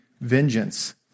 vengeance